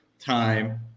time